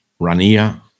Rania